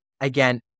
again